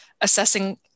assessing